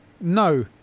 No